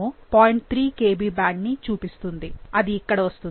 3 Kb band ని చూపిస్తుంది అది ఇక్కడ వస్తుంది